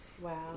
wow